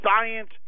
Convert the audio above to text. Science